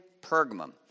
Pergamum